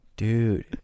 Dude